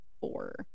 four